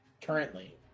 currently